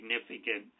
significant